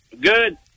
Good